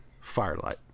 firelight